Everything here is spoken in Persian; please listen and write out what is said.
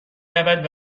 رود